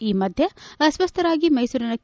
ಈ ಮಧ್ದೆ ಅಸ್ವಸ್ಥರಾಗಿ ಮೈಸೂರಿನ ಕೆ